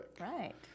Right